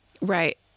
Right